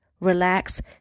relax